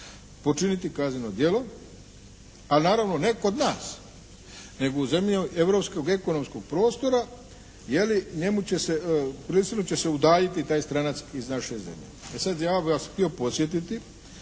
počiniti kazneno djelo, ali naravno ne kod nas nego u zemlji Europskog ekonomskog prostora, je li, njemu će se, prisilno će se udaljiti taj stranac iz naše zemlje. E sad, ja bih vas htio podsjetiti